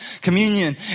Communion